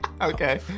okay